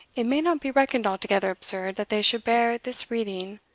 it may not be reckoned altogether absurd that they should bear this reading,